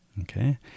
Okay